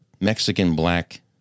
Mexican-black